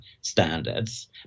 standards